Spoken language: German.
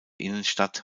innenstadt